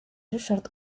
ryszard